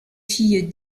fille